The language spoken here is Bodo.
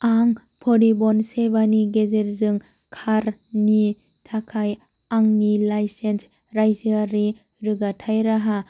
आं परिबहन सेभानि गेजेरजों कारनि थाखाय आंनि लाइसेन्स रायजोआरि रोगाथाय राहा